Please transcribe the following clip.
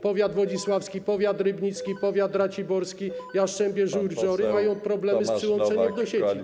Powiat wodzisławski, powiat rybnicki, powiat raciborski, Jastrzębie, Żory mają problemy z przyłączeniem do sieci.